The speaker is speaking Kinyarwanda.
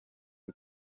com